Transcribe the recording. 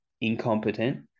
incompetent